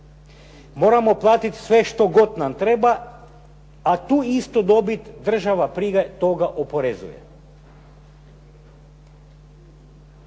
moramo platiti sve što god nam treba, a tu istu dobit država … /Govornik